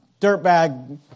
dirtbag